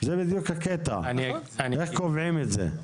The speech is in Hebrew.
זה בדיוק הקטע, איך קובעים את זה.